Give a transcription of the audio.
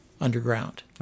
underground